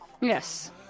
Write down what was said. Yes